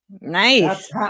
Nice